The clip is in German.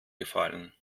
gefallen